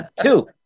two